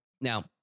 now